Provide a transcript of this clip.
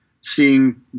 seeing